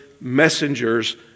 messengers